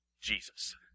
Jesus